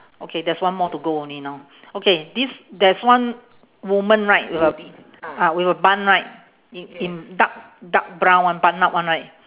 okay there's one more to go only now okay this there's one woman right with a ah with a bun right in in dark dark brown one bun up one right